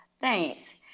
thanks